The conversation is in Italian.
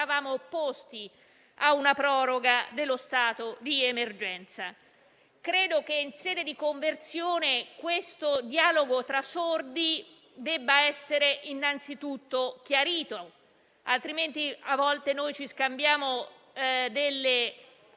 eravamo opposti a una proroga dello stato di emergenza. Credo che in sede di conversione questo dialogo tra sordi debba essere innanzitutto chiarito, altrimenti ci scambiamo delle